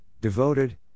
devoted